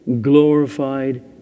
glorified